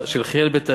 של חיאל בית האלי,